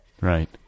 Right